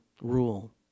rule